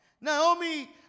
Naomi